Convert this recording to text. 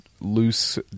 loose